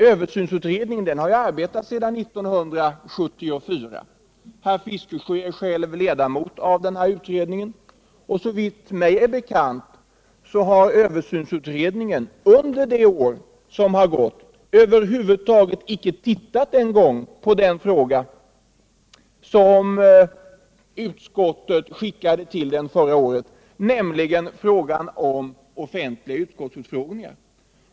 Översynsutredningen har arbetat sedan 1974. Herr Fiskesjö är själv ledamot av den. Såvitt mig är bekant har utredningen under det år som gått över huvud taget inte en gång tittat på den fråga som utskottet skickade till den förra året, nämligen frågan om offentliga utskottsutfrågningar.